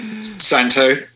Santo